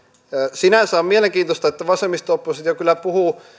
sinänsä on mielenkiintoista että vasemmisto oppositio kyllä puhuu